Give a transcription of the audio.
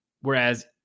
Whereas